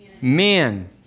men